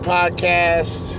Podcast